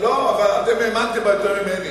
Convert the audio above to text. אתם האמנתם בה יותר ממני,